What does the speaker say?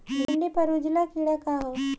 भिंडी पर उजला कीड़ा का है?